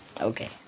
Okay